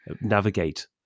navigate